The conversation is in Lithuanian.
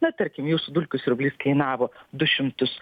na tarkim jūsų dulkių siurblys kainavo du šimtus